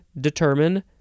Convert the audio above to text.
determine